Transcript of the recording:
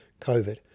COVID